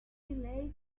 lay